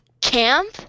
camp